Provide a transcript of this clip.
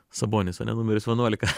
sabonis ane numeris vienuolika